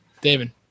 David